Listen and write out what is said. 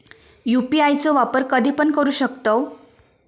UPI चो वापर कधीपण करू शकतव?